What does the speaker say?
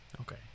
okay